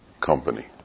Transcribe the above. company